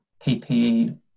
PPE